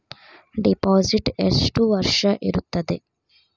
Deposit ಎಷ್ಟು ವರ್ಷ ಇರುತ್ತದೆ?